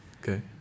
Okay